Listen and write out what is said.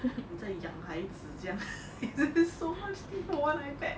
你在养孩子这样 so much things for one ipad